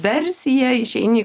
versija išeini